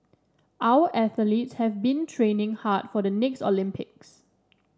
our athletes have been training hard for the next Olympics